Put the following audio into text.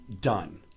done